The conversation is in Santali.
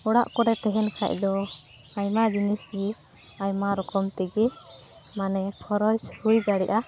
ᱚᱲᱟᱜ ᱠᱚᱨᱮ ᱛᱮᱦᱮᱱ ᱠᱷᱟᱡᱫᱚ ᱟᱭᱢᱟ ᱡᱤᱱᱤᱥᱜᱮ ᱟᱭᱢᱟ ᱨᱚᱠᱚᱢᱛᱮᱜᱮ ᱢᱟᱱᱮ ᱠᱷᱚᱨᱚᱪ ᱦᱩᱭ ᱫᱟᱲᱮᱜᱼᱟ